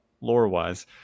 lore-wise